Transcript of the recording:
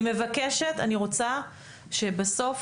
אני מבקשת,